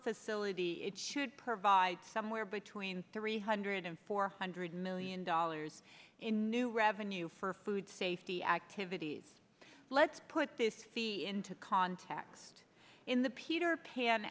facility it should provide somewhere between three hundred and four hundred million dollars in new revenue for food safety activities let's put this into context in the peter pan